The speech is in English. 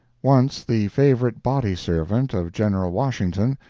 once the favorite body-servant of general washington,